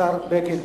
השר בגין,